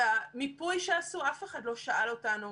ובמיפוי שעשו אף אחד לא שאל אותנו: